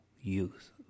youth